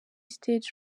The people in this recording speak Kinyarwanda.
stage